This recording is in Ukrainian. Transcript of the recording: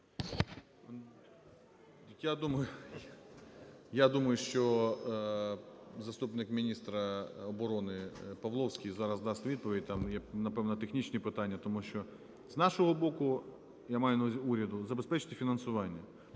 Я думаю, що заступник міністра оборони Павловський зараз дасть відповідь. Там є, напевно, технічні питання. Тому що з нашого боку, я маю на увазі уряду, забезпечити фінансування.